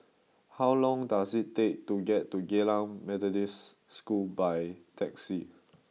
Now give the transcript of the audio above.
how long does it take to get to Geylang Methodist School by taxi